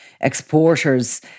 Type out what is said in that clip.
exporters